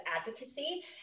advocacy